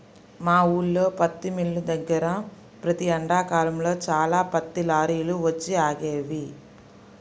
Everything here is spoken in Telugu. మా ఊల్లో పత్తి మిల్లు దగ్గర ప్రతి ఎండాకాలంలో చాలా పత్తి లారీలు వచ్చి ఆగేవి